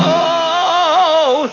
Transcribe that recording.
oh